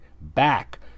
back